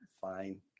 Fine